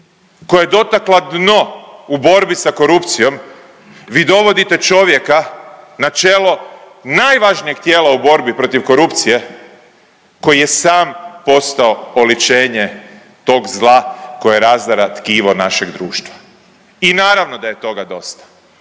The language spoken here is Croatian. koja je dotakla dno u borbi sa korupcijom vi dovodite čovjeka na čelo najvažnijeg tijela u borbi protiv korupcije koji je sam postao oličenje tog zla koje razara tkivo našeg društva. I naravno da je toga dosta.